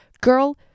Girl